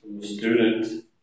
student